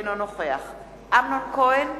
אינו נוכח אמנון כהן,